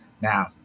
Now